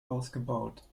ausgebaut